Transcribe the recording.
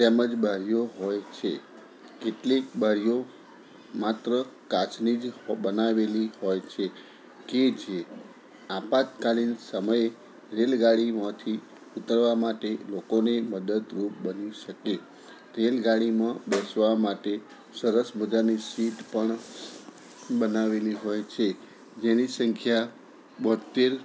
તેમ જ બારીઓ હોય છે કેટલીક બારીઓ માત્ર કાચની જ બનાવેલી હોય છે કે જે આપાતકાલીન સમય રેલગાડીમાંથી ઉતરવા માટે લોકોને મદદરૂપ બની શકે રેલગાડીમાં બેસવા માટે સરસ મજાની સીટ પણ બનાવેલી હોય છે જેની સંખ્યા બોત્તેર